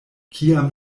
kiam